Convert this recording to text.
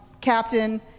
Captain